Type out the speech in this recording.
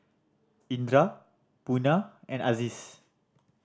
Indra Munah and Aziz